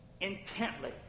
intently